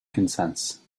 consents